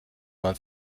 man